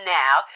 now